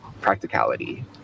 practicality